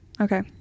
Okay